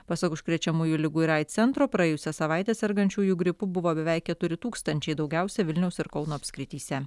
pasak užkrečiamųjų ligų ir aids centro praėjusią savaitę sergančiųjų gripu buvo beveik keturi tūkstančiai daugiausia vilniaus ir kauno apskrityse